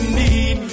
need